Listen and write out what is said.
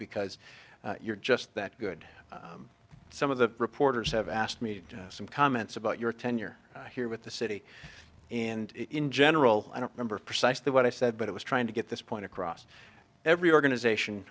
because you're just that good some of the reporters have asked me some comments about your tenure here with the city and in general i don't remember precisely what i said but it was trying to get this point across every organization